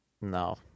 No